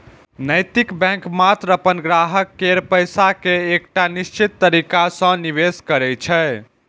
नैतिक बैंक मात्र अपन ग्राहक केर पैसा कें एकटा निश्चित तरीका सं निवेश करै छै